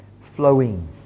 flowing